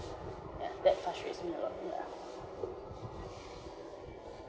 yeah that frustrates me a lot yeah